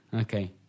okay